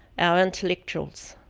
our intellectuals.